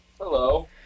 Hello